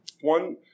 one